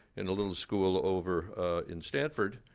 in a little school over in stanford,